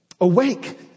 awake